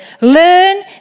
Learn